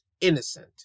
innocent